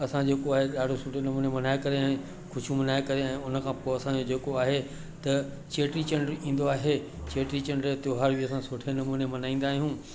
असां जेको आहे ॾाढे सुठे नमूने सां मल्हाए ऐं ख़ुशियूं मल्हाए करे ऐं उन खां पोइ जेको आहे चेटीचंडु ईंदो आहे चेटीचंड जो त्योहार बि असां सुठे नमूने मल्हाईंदा आहियूं